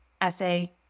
Essay